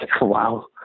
wow